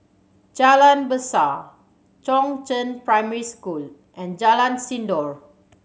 Jalan Besar Chongzheng Primary School and Jalan Sindor